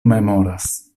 memoras